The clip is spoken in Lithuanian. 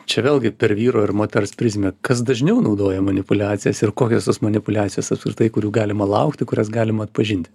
čia vėlgi per vyro ir moters prizmę kas dažniau naudoja manipuliacijas ir kokios tos manipuliacijos apskritai kurių galima laukti kurias galima atpažinti